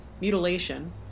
mutilation